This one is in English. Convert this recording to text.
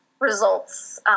results